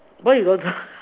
why you don't